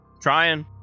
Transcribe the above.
trying